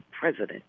president